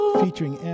featuring